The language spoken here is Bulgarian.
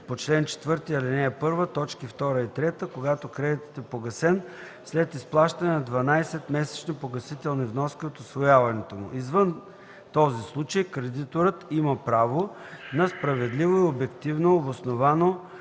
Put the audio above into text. по чл. 4, ал. 1, т. 2 и 3, когато кредитът е погасен след изплащане на 12 месечни погасителни вноски от усвояването му. Извън този случай кредиторът има право на справедливо и обективно обосновано